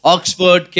Oxford